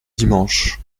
dimanche